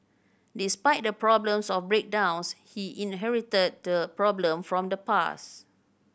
despite the problems of breakdowns he inherited the problem from the past